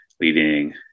leading